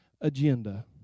agenda